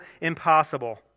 impossible